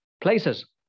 places